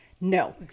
No